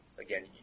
Again